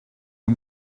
you